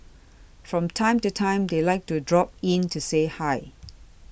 from time to time they like to drop in to say hi